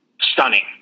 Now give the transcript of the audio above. stunning